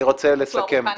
אני רוצה לסכם.